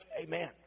Amen